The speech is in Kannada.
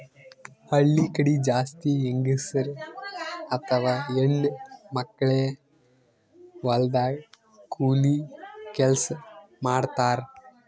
ಹಳ್ಳಿ ಕಡಿ ಜಾಸ್ತಿ ಹೆಂಗಸರ್ ಅಥವಾ ಹೆಣ್ಣ್ ಮಕ್ಕಳೇ ಹೊಲದಾಗ್ ಕೂಲಿ ಕೆಲ್ಸ್ ಮಾಡ್ತಾರ್